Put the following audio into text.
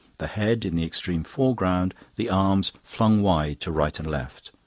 the head in the extreme foreground, the arms flung wide to right and left.